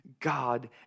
God